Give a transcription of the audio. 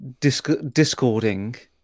Discording